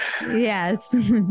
Yes